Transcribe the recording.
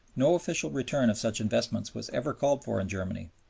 no official return of such investments was ever called for in germany,